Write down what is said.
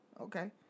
okay